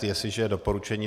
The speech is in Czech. Jestliže je doporučení